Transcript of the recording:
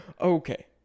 Okay